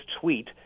tweet